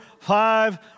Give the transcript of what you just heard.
five